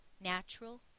natural